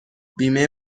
بیمه